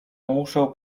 muszę